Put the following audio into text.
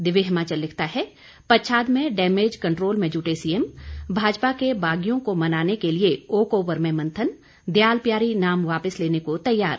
दिव्य हिमाचल लिखता है पच्छाद में डैमेज कंट्रोल में जुटे सीएम भाजपा के बागियों को मनाने के लिए ओकओवर में मंथन दयाल प्यारी नाम वापस लेने को तैयार